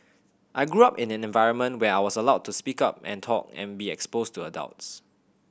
I grew up in an environment where I was allowed to speak up and talk and be exposed to adults